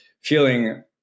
feeling